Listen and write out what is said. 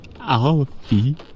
Alfie